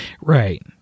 Right